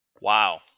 Wow